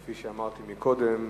כפי שאמרתי קודם,